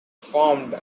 formed